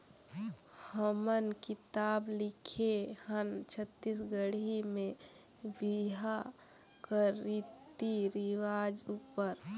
हमन किताब लिखे हन छत्तीसगढ़ी में बिहा कर रीति रिवाज उपर